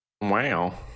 Wow